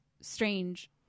strange